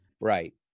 right